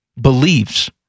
believes